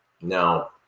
now